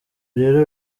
rero